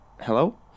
Hello